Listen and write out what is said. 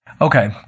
Okay